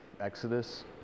Exodus